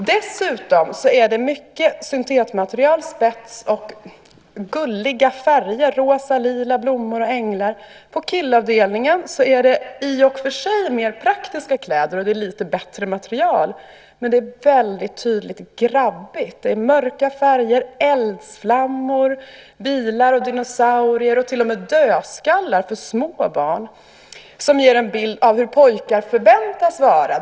Dessutom är det mycket syntetmaterial, spets och "gulliga" färger och mönster: rosa och lila, blommor och änglar. På killavdelningen är det i och för sig mer praktiska kläder, och det är lite bättre material. Men det är väldigt tydligt grabbigt. Det är mörka färger, eldsflammor, bilar, dinosaurier och till och med dödskallar för små barn. Det ger en bild av hur pojkar förväntas vara.